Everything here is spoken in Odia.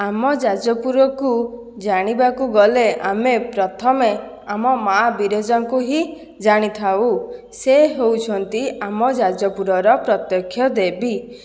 ଆମ ଯାଜପୁରକୁ ଜାଣିବାକୁ ଗଲେ ଆମେ ପ୍ରଥମେ ଆମ ମା ବିରଜାଙ୍କୁ ହିଁ ଜାଣିଥାଉ ସେ ହେଉଛନ୍ତି ଆମ ଯାଜପୁରର ପ୍ରତ୍ୟକ୍ଷ ଦେବୀ